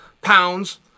pounds